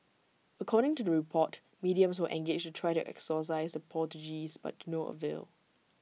according to the report mediums were engaged to try to exorcise the poltergeists but to no avail